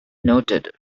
noted